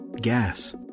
gas